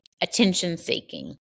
attention-seeking